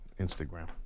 Instagram